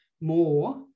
more